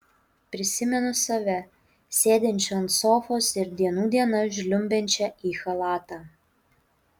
prisimenu save sėdinčią ant sofos ir dienų dienas žliumbiančią į chalatą